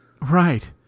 right